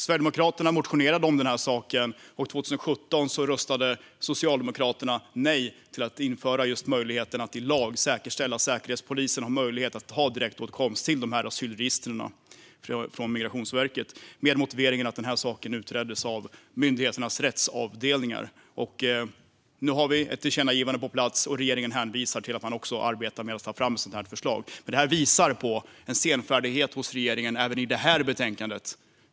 Sverigedemokraterna motionerade om den här saken, och år 2017 röstade Socialdemokraterna nej till att införa just möjligheten att i lag säkerställa att Säkerhetspolisen har möjlighet till direktåtkomst till asylregistren från Migrationsverket. Motiveringen var att detta utreddes av myndigheternas rättsavdelningar. Nu har vi ett tillkännagivande på plats, och regeringen hänvisar till att man arbetar med att ta fram ett sådant här förslag. Detta visar även i detta betänkande på en senfärdighet hos regeringen.